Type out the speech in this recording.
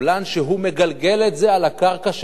והוא מגלגל את זה על הקרקע של המדינה,